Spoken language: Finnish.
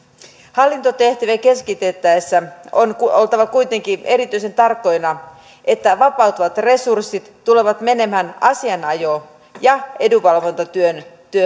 hallintotehtäviä keskitettäessä on oltava kuitenkin erityisen tarkkoina että vapautuvat resurssit tulevat menemään asianajo ja edunvalvontatyöhön